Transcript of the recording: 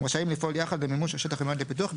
הם רשאים לפעול יחד למימוש השטח המיועד לפיתוח,